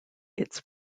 its